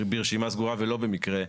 ברשימה סגורה ולא במקרה,